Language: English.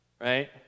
right